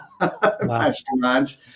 masterminds